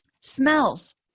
Smells